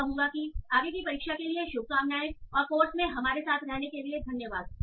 मैं कहूंगा की आगे की परीक्षा के लिए शुभकामनाएं और कोर्स में हमारे साथ रहने के लिए धन्यवाद